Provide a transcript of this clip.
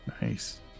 Nice